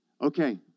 Okay